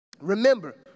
Remember